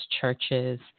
churches